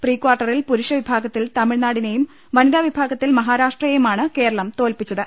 പ്രീകാർട്ടറിൽ പുരുഷ വിഭാഗത്തിൽ തമിഴ്നാടിനേയും വനിതാ വിഭാഗത്തിൽ മഹാരാഷ്ട്രയേയുമാണ് കേരളം തോൽപിച്ചത്